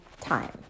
time